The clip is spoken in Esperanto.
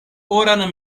oran